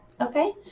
okay